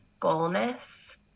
fullness